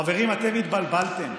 חברים, אתם התבלבלתם,